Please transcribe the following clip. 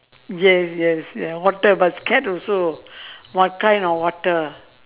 yes yes ya water but scared also what kind of water